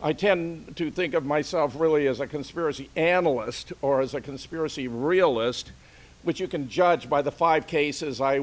i tend to think of myself really as a conspiracy analyst or as a conspiracy realist which you can judge by the five cases i